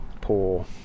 poor